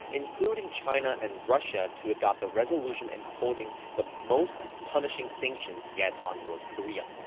including china and russia, to adopt a resolution imposing the most punishing sanctions yet on north korea.